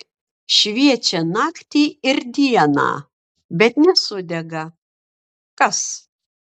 šviečią naktį ir dieną bet nesudega kas